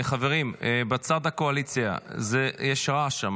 חברים, בצד הקואליציה יש רעש שם.